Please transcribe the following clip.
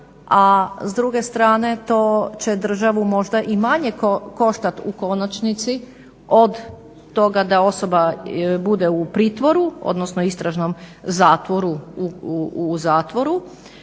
a s druge strane to će državu možda i manje koštat u konačnici od toga da osoba bude u pritvoru, odnosno istražnom zatvoru u zatvoru.